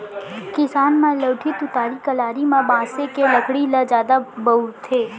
किसान मन लउठी, तुतारी, कलारी म बांसे के लकड़ी ल जादा बउरथे